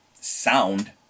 sound